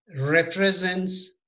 represents